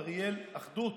אין נשות הכותל,